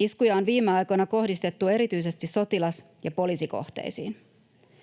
Iskuja on viime aikoina kohdistettu erityisesti sotilas‑ ja poliisikohteisiin.